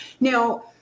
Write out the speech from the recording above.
Now